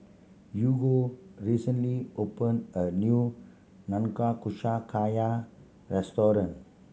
Hugo recently open a new Nanakusa Gayu restaurant